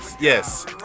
yes